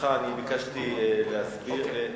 ברשותך, ביקשתי לתקן,